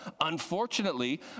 Unfortunately